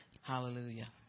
Hallelujah